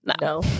no